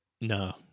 No